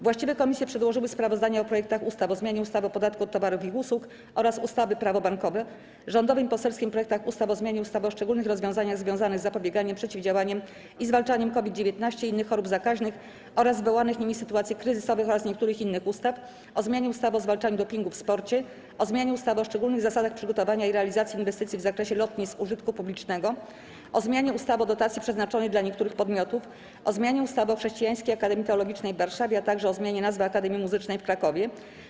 Właściwe komisje przedłożyły sprawozdania o projektach ustaw: - o zmianie ustawy o podatku od towarów i usług oraz ustawy - Prawo bankowe, - o zmianie ustawy o szczególnych rozwiązaniach związanych z zapobieganiem, przeciwdziałaniem i zwalczaniem COVID-19, innych chorób zakaźnych oraz wywołanych nimi sytuacji kryzysowych oraz niektórych innych ustaw, - o zmianie ustawy o zwalczaniu dopingu w sporcie, - o zmianie ustawy o szczególnych zasadach przygotowania i realizacji inwestycji w zakresie lotnisk użytku publicznego, - o zmianie ustawy o dotacji przeznaczonej dla niektórych podmiotów, - o zmianie ustawy o Chrześcijańskiej Akademii Teologicznej w Warszawie, - o zmianie nazwy Akademii Muzycznej w Krakowie.